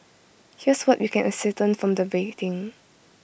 here's what we can ascertain from the rating